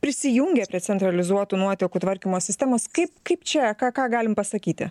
prisijungė prie centralizuotų nuotekų tvarkymo sistemos kaip kaip čia ką ką galim pasakyti